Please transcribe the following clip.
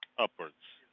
upwards.